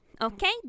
Okay